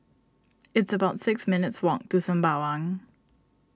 it's about six minutes' walk to Sembawang